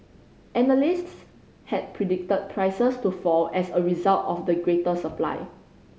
analysts had predicted prices to fall as a result of the greater supply